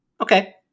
okay